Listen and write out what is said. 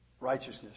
Righteousness